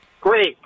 Great